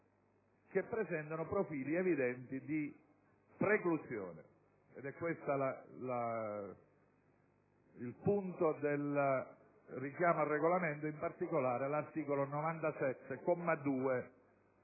che presentano evidenti profili di preclusione. È questo il punto del richiamo al Regolamento, in particolare all'articolo 97,